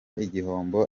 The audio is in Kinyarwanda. igihombo